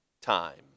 time